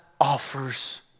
offers